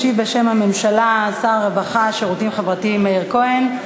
ישיב בשם הממשלה שר הרווחה והשירותים החברתיים מאיר כהן.